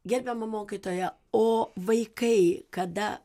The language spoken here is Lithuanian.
gerbiama mokytoja o vaikai kada